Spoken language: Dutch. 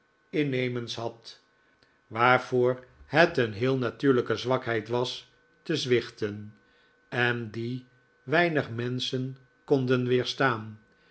innemends had waarvoor de vacantie komt in zicht het een heel natuurlijke zwakheid was te zwichten en die weinig menschen konden